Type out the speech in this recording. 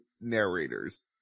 narrators